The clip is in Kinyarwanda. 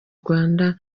rwanda